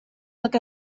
look